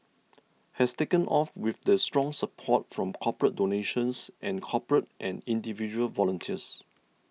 has taken off with the strong support from corporate donations and corporate and individual volunteers